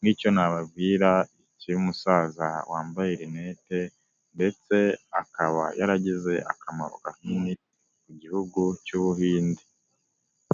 nk'icyo nababwira cy'uyu musaza wambaye rinete ndetse akaba yaragize akamaro kanini ku gihugu cy'ubuhinde.